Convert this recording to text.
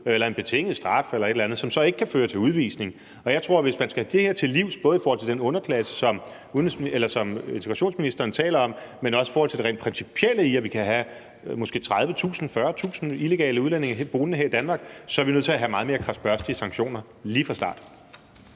eller en betinget straf eller et eller andet, hvilket så ikke kan føre til udvisning. Jeg tror, at hvis man skal det her til livs, både i forhold til den underklasse, som integrationsministeren taler om, men også i forhold til det rent principielle i, at vi kan have måske 30.000, 40.000 illegale udlændinge boende her i Danmark, så er vi nødt til at have meget mere kradsbørstige sanktioner lige fra start.